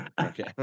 okay